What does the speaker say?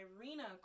Irina